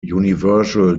universal